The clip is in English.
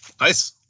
Nice